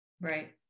right